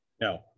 No